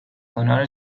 کنار